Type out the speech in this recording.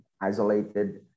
isolated